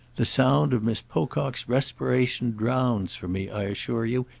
the sound of mrs. pocock's respiration drowns for me, i assure you,